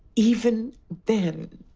even then,